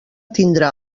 tindrà